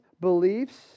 beliefs